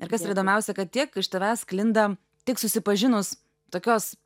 ir kas yra įdomiausia kad tiek iš tavęs sklinda tiek susipažinus tokios